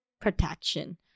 protection